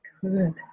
Good